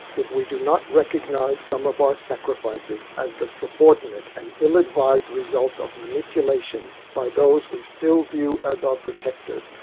if we do not recognise some of our sacrifices as the subordinate and ill-advised result of manipulation by those we still view as our protectors,